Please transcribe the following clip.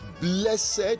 Blessed